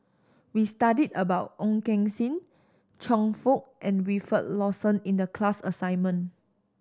we studied about Ong Keng Sen Chia Fook and Wilfed Lawson in the class assignment